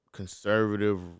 conservative